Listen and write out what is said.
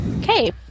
Okay